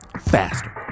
faster